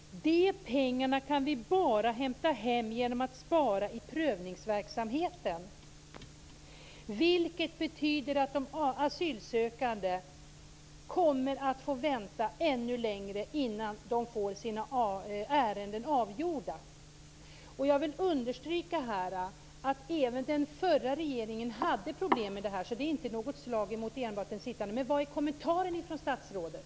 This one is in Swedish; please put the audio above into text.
Hon har vidare sagt: De pengarna kan vi bara hämta hem genom att spara i prövningsverksamheten, vilket betyder att de asylsökande kommer att få vänta ännu längre innan de får sina ärenden avgjorda. Jag vill understryka att även den förra regeringen hade problem med det här. Det är alltså inte enbart slag mot den sittande. Men vad är kommentaren från statsrådet?